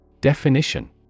Definition